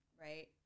right